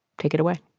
take it away